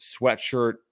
sweatshirt